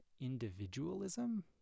individualism